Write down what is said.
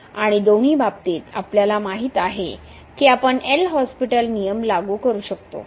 आणि दोन्ही बाबतीत आपल्याला माहित आहे की आपण एल हॉस्पिटल नियम लागू करू शकतो